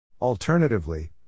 Alternatively